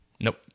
Nope